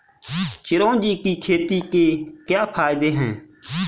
चिरौंजी की खेती के क्या फायदे हैं?